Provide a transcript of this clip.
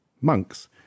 monks